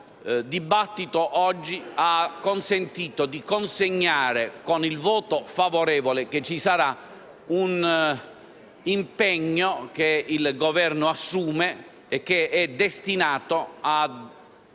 il dibattito abbia oggi consentito di consegnare, con il voto favorevole che ci sarà, un impegno che il Governo assume e che è destinato a